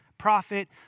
prophet